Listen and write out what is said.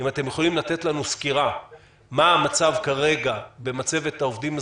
אם אתם יכולים לתת לנו סקירה מה המצב כרגע במצבת העובדים הזרים,